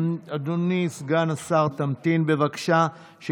אדוני סגן השר, תמתין, בבקשה.